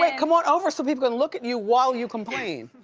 like come on over so people can look at you while you complain.